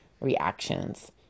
reactions